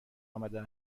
آمده